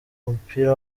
mupira